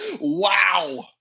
Wow